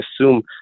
assume